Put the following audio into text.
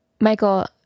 michael